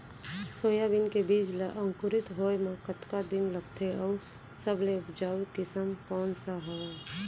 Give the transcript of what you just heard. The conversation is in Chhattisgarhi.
सोयाबीन के बीज ला अंकुरित होय म कतका दिन लगथे, अऊ सबले उपजाऊ किसम कोन सा हवये?